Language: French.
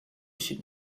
sud